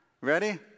Ready